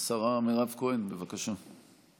השרה מירב כהן, בבקשה.